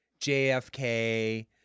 JFK